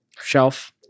shelf